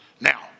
Now